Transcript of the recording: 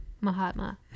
Mahatma